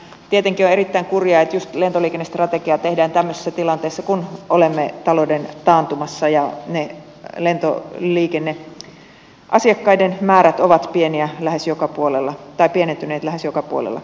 tietenkin on erittäin kurjaa että juuri lentoliikennestrategiaa tehdään tämmöisessä tilanteessa kun olemme talouden taantumassa ja ne lentoliikennasiakkaiden määrät ovat pieniä lähes joka puolella tai pienentyneet lähes joka puolella suomea